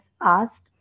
asked